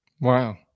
Wow